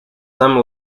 some